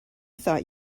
thought